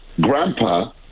grandpa